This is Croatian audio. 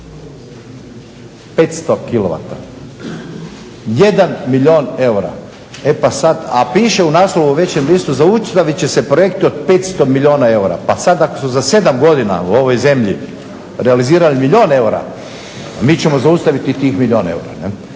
500 kilovata, 1 milijun eura. A piše u naslovu u Večernjem listu zaustavit će se projekt od 500 milijuna eura. Pa sad ako su za 7 godina u ovoj zemlji realizirali milijun eura mi ćemo zaustaviti tih milijun eura.